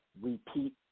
repeat